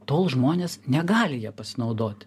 tol žmonės negali ja pasinaudoti